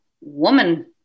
woman